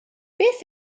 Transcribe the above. beth